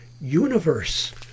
universe